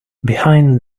behind